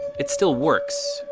it still works,